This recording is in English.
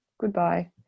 Goodbye